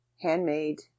handmade